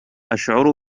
أشعر